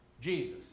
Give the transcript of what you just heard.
Jesus